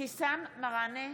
אבתיסאם מראענה,